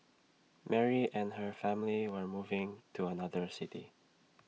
Mary and her family were moving to another city